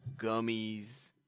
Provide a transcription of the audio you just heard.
gummies –